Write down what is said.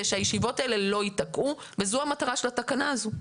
שהישיבות האלה לא ייתקעו וזו מטרת התקנה הזאת.